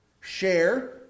share